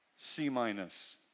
C-minus